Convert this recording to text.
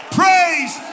praise